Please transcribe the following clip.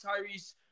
Tyrese